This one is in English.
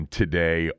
today